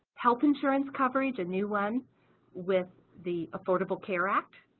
health insurance coverage a new one with the affordable care act.